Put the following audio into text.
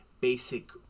basic